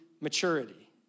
Maturity